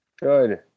good